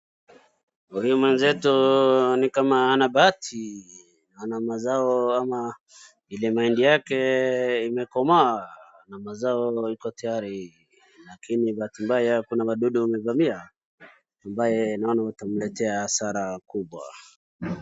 Huyu mwenzetu ni kama hana bahati, maana mazao ama ile mahindi yake imekomaa, na mazao iko tayari, lakini bahati mbaya kuna wadudu imevamia ambayo itamletea hasara kubwa.